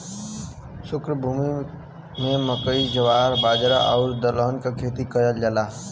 शुष्क भूमि में मकई, जवार, बाजरा आउर दलहन के खेती कयल जाला